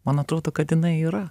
man atrodo kad jinai yra